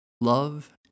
Love